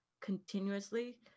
continuously